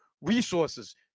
resources